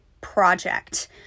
project